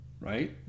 Right